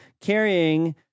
carrying